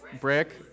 brick